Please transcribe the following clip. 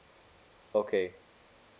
okay